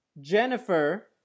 Jennifer